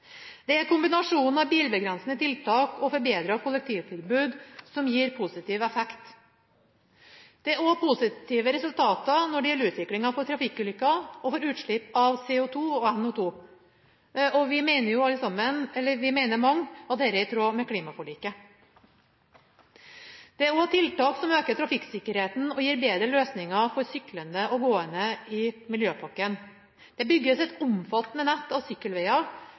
Det er kombinasjonen av bilbegrensende tiltak og forbedret kollektivtilbud som gir positiv effekt. Det er også positive resultater når det gjelder utviklinga for trafikkulykker og for utslipp av CO2 og NO2. Vi er mange som mener at dette er i tråd med klimaforliket. Det er også tiltak som øker trafikksikkerheten og gir bedre løsninger for syklende og gående i miljøpakken. Det bygges et omfattende nett av